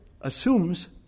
assumes